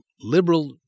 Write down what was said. liberal